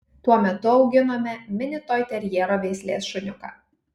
tuo metu auginome mini toiterjero veislės šuniuką